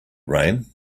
rain